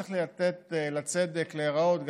צריך לתת לצדק להיראות,